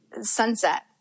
Sunset